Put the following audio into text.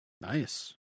Nice